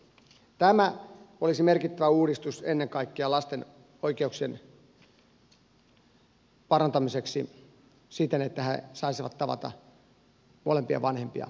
tämä olisi merkittävä uudistus ennen kaikkea lasten oikeuksien parantamiseksi siten että he saisivat tavata molempia vanhempia erotilanteessa